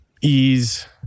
ease